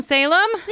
Salem